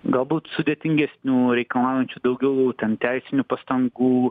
galbūt sudėtingesnių reikalaujančių daugiau būtent teisinių pastangų